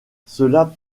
cela